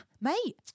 mate